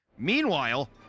Meanwhile